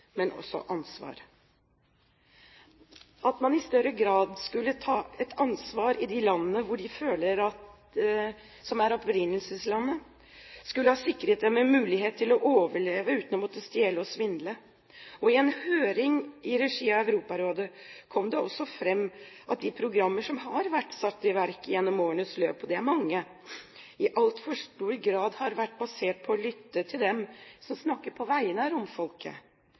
men også ansvar – at man i større grad skulle ha tatt et ansvar i de landene som er opprinnelseslandene, skulle ha sikret dem en mulighet til å overleve uten å måtte stjele og svindle. I en høring i regi av Europarådet kom det også fram at de programmene som har vært satt i verk i årenes løp, og det er mange, i altfor stor grad har vært basert på å lytte til dem som snakker på vegne av